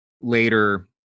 later